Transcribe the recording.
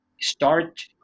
start